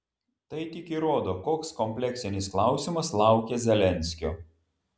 tai tik įrodo koks kompleksinis klausimas laukia zelenskio